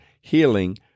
healing